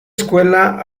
escuela